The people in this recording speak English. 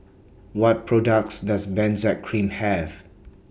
What products Does Benzac Cream Have